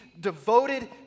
devoted